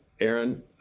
Aaron